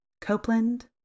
Copeland